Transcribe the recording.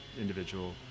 individual